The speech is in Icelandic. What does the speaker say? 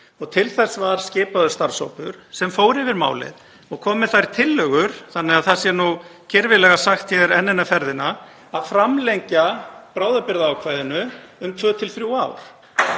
Og til þess var skipaður starfshópur sem fór yfir málið og kom með þær tillögur, þannig að það sé nú kirfilega sagt hér enn eina ferðina, að framlengja bráðabirgðaákvæðið um tvö til